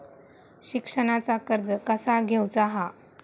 शिक्षणाचा कर्ज कसा घेऊचा हा?